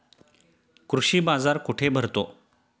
कृषी बाजार कुठे भरतो?